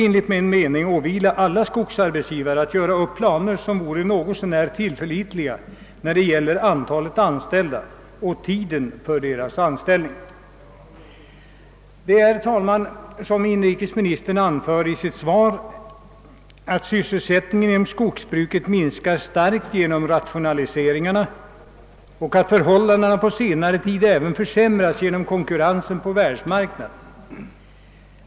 Enligt min mening borde det åvila alla skogsarbetsgivare att göra upp något så när tillförlitliga planer över antalet anställda och tiden för deras anställning. Det är, herr talman, riktigt som inrikesministern anför i sitt svar att sysselsättningen inom skogsbruket minskar starkt genom rationaliseringarna och att förhållandena på senare tid även försämrats genom - konkurrensen på världsmarknaden.